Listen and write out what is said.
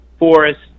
forest